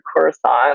Coruscant